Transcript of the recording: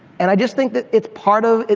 and i just think that it's part of,